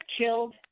killed